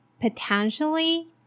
potentially